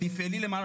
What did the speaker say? תפעלי למענם.